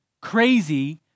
crazy